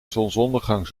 zonsondergang